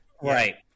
right